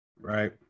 right